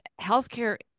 healthcare